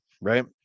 right